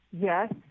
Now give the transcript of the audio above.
Yes